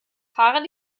fahrer